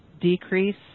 decrease